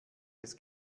des